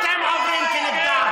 אתם עוברים עליהם.